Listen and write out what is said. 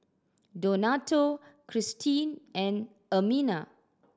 Donato Christene and Ermina